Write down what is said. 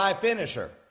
finisher